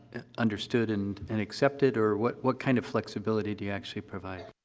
understood and and accepted, or what what kind of flexibility do you actually provide?